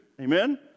Amen